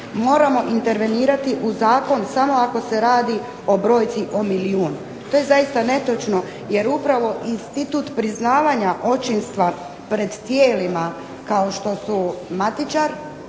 moramo intervenirati u zakon samo ako se radi o brojci o milijun. To je zaista netočno, jer upravo institut priznavanja očinstva pred tijelima kao što su matičar,